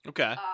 Okay